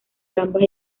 gambas